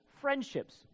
friendships